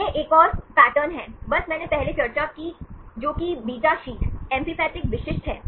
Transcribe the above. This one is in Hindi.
यह एक और पैटर्न है बस मैंने पहले चर्चा की जो कि बीटा शीट एम्फीपैथिक विशिष्टा है